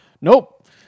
nope